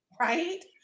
Right